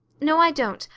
no, i don't,